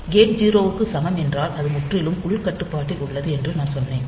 gate 0 க்கு சமம் என்றால் அது முற்றிலும் உள் கட்டுப்பாட்டில் உள்ளது என்று நான் சொன்னேன்